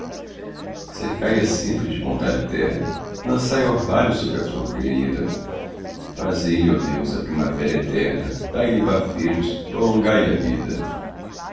cercai a sempre de bondade terna lançai orvalho sobre a flor querida fazei lhe oh deus a primavera eterna dai lhe bafejos prolongai lhe a vida